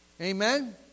Amen